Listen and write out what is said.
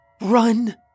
Run